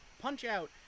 Punch-Out